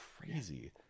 crazy